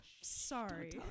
sorry